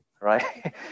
right